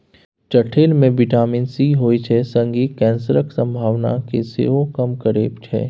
चठेल मे vitamin C होइ छै संगहि कैंसरक संभावना केँ सेहो कम करय छै